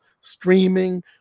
streaming